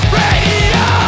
radio